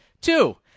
Two